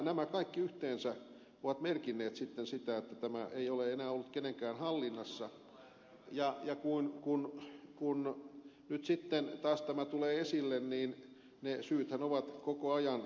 nämä kaikki yhteensä ovat merkinneet sitten sitä että tämä ei ole enää ollut kenenkään hallinnassa ja kun nyt sitten taas tämä tulee esille niin ne syythän ovat koko ajan samat